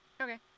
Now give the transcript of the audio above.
Okay